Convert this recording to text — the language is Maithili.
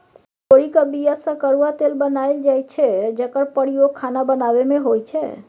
तोरीक बीया सँ करुआ तेल बनाएल जाइ छै जकर प्रयोग खाना बनाबै मे होइ छै